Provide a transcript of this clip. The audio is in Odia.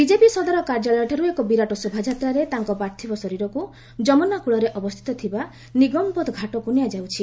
ବିଜେପି ସଦର କାର୍ଯ୍ୟାଳୟଠାର୍ଚ ଏକ ବିରାଟ ଶୋଭାଯାତ୍ରାରେ ତାଙ୍କ ପାର୍ଥିବ ଶରୀରକୁ ଯମୁନା କକଳରେ ଅବସ୍ଥିତ ଥିବା ନିଗମବୋଧ ଘାଟକୁ ନିଆଯାଉଛି